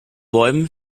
bäumen